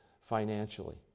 financially